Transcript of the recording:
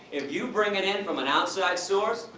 if you bring it in from an outside source,